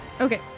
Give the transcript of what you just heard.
Okay